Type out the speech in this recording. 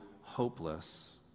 hopeless